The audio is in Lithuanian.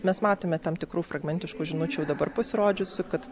mes matome tam tikrų fragmentiškų žinučių dabar pasirodžiusių kad